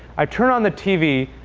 i turn on the tv,